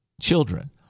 children